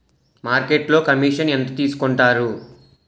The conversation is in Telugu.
మార్కెట్లో కమిషన్ ఎంత తీసుకొంటారు?